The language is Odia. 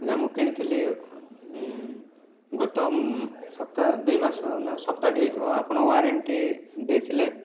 ଯାହା ମୁଁ କିଣିଲି ଗତ ସପ୍ତାହ ଦୁଇ ମାସ ନାଁ ସପ୍ତାହଟେ ହେଇଥିବ ଆପଣ ୱାରେଣ୍ଟି ଦେଇଥିଲେ